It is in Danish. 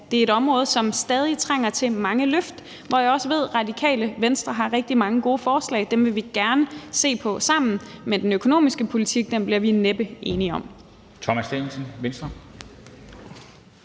det er et område, som stadig trænger til mange løft, og jeg ved også, at Radikale Venstre har rigtig mange gode forslag, og dem vil vi gerne se på, men den økonomiske politik bliver vi næppe enige om.